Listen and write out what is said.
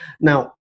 Now